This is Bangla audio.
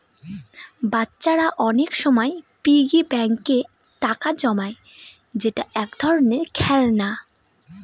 বাচ্চারা অনেক সময় পিগি ব্যাঙ্কে টাকা জমায় যেটা এক ধরনের খেলনা